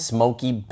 Smoky